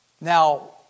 now